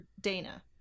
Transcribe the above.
Dana